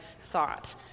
thought